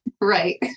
right